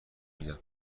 میدم